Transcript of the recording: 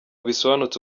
bisobanutse